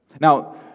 Now